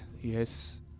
Yes